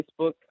Facebook